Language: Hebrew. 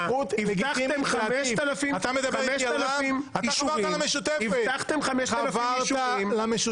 אחרי הסכמות עם רע"מ ומרצ -- -בגלל זה כולם הצביעו נגד.